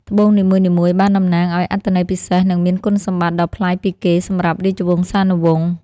ត្បូងនីមួយៗបានតំណាងឱ្យអត្ថន័យពិសេស និងមានគុណសម្បត្តិដ៏ប្លែកពីគេសម្រាប់រាជវង្សានុវង្ស។